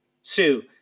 Sue